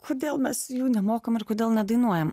kodėl mes jų nemokam ir kodėl nedainuojam